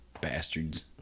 Bastards